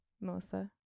Melissa